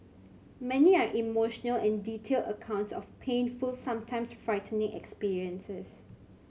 many are emotional and detailed accounts of painful sometimes frightening experiences